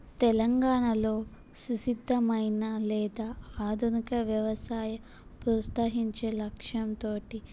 తెలంగాణలో సుసిద్ధమైన లేదా ఆధునిక వ్యవసాయ ప్రోత్సహించే లక్ష్యంతో